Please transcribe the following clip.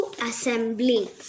Assembly